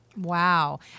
Wow